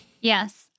Yes